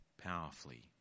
powerfully